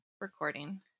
recording